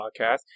Podcast